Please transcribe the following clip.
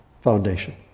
foundation